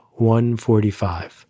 145